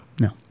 No